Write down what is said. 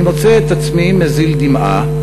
אני מוצא את עצמי מזיל דמעה,